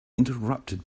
interrupted